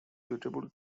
suitable